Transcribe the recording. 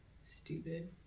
stupid